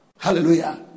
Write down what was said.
hallelujah